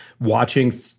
watching